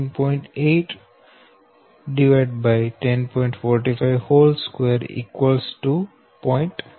452 0